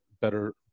better